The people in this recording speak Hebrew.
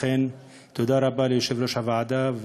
לכן, תודה רבה ליושב-ראש הוועדה.